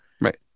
right